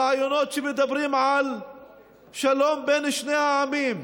רעיונות שמדברים על שלום בין העמים?